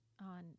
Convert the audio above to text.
on